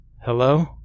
Hello